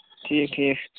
ٹھیٖک ٹھیٖک